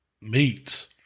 meats